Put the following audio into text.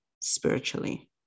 spiritually